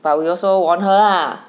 but we also warn her ah